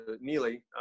Neely